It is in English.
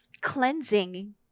cleansing